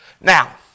Now